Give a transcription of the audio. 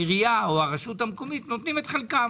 העירייה או הרשות המקומית, נותנים את חלקם.